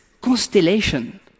constellation